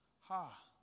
Ha